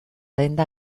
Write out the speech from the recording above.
denda